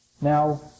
Now